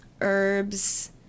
Herbs